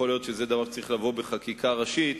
יכול להיות שזה דבר שצריך לבוא בחקיקה ראשית,